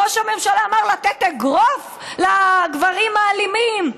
ראש הממשלה אמר לתת אגרוף לגברים האלימים,